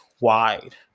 wide